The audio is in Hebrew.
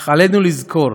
אך עלינו לזכור